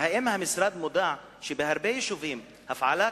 האם המשרד מודע לכך שבהרבה יישובים הפעלת